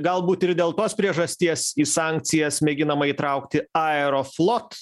galbūt ir dėl tos priežasties į sankcijas mėginama įtraukti aeroflot